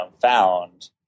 found